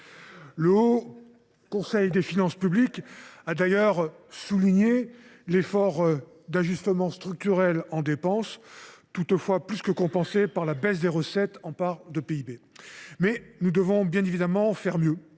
Provocateur ! Le HCFP a d’ailleurs souligné l’effort d’ajustement structurel en dépenses, toutefois plus que compensé par la baisse des recettes en part de PIB. Mais nous devons bien évidemment faire mieux,